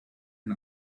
and